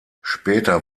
später